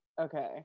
okay